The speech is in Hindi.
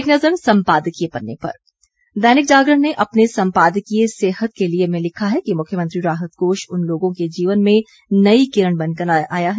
एक नज़र संपादकीय पन्ने पर दैनिक जागरण ने अपने संपादकीय सेहत के लिए में लिखा है कि मुख्यमंत्री राहत कोष उन लोगों के जीवन में नई किरण बनकर आया है